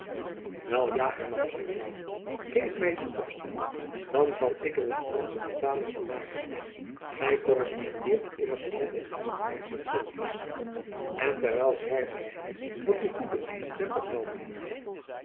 wel ja hernam zijn vrouw geef my uw opstel dan zal ik er een fransche vertaling van maken gy korrespondeert immers altijd in het fransch met sylvius en terwijl schrijft gy hem wat u goeddunkt ter opheldering